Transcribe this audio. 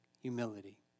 humility